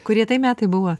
kurie tai metai buvo